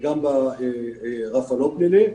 וגם ברף הלא פלילי.